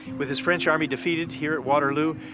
with his french army defeated here at waterloo,